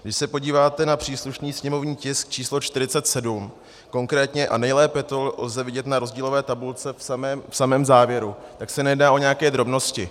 Když se podíváte na příslušný sněmovní tisk č. 47, konkrétně a nejlépe to lze vidět na rozdílové tabulce v samém závěru, tak se nejedná o nějaké drobnosti.